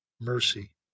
mercy